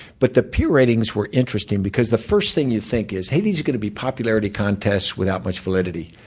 but the peer ratings were interesting because the first thing you think is, hey, these are going to be popularity contests without much validity.